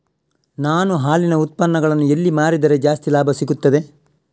ನಾನು ಹಾಲಿನ ಉತ್ಪನ್ನಗಳನ್ನು ಎಲ್ಲಿ ಮಾರಿದರೆ ಜಾಸ್ತಿ ಲಾಭ ಸಿಗುತ್ತದೆ?